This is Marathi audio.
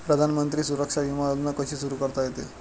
प्रधानमंत्री सुरक्षा विमा योजना कशी सुरू करता येते?